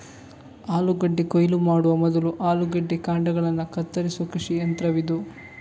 ಆಲೂಗೆಡ್ಡೆ ಕೊಯ್ಲು ಮಾಡುವ ಮೊದಲು ಆಲೂಗೆಡ್ಡೆ ಕಾಂಡಗಳನ್ನ ಕತ್ತರಿಸುವ ಕೃಷಿ ಯಂತ್ರವಿದು